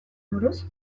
buruz